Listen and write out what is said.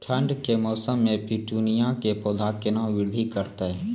ठंड के मौसम मे पिटूनिया के पौधा केना बृद्धि करतै?